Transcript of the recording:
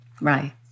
Right